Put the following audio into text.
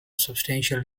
substantial